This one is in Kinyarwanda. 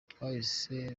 twahise